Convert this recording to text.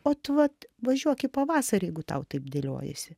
vat vat važiuok į pavasarį jeigu tau taip dėliojasi